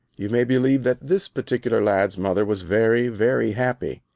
you may believe that this particular lad's mother was very, very happy.